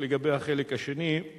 לגבי החלק השני,